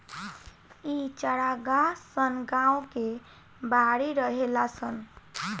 इ चारागाह सन गांव के बाहरी रहेला सन